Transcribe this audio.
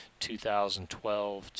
2012